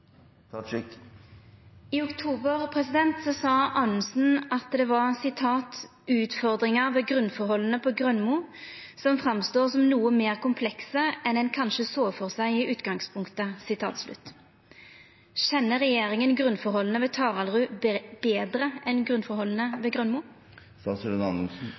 I oktober sa statsråd Anundsen at det var «utfordringer ved grunnforholdene på Grønmo som fremstår som noe mer komplekse enn en kanskje så for seg i utgangspunktet». Kjenner regjeringa grunnforholda ved Taraldrud betre enn